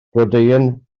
blodeuyn